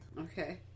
okay